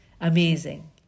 Amazing